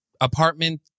apartment